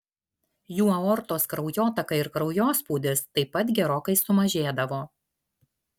jų aortos kraujotaka ir kraujospūdis taip pat gerokai sumažėdavo